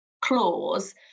clause